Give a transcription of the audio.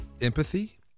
Empathy